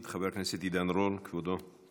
חבר הכנסת עידן רול, כבודו.